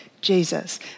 Jesus